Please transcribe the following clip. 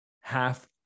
half